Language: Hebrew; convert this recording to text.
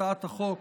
הצעת החוק